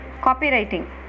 Copywriting